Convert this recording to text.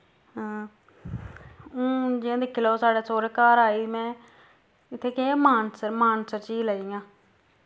हां हुन जि'यां दिक्खी लैओ साढ़े सौह्रे घर आई में इत्थै केह् ऐ मानसर मानसर झील ऐ जि'यां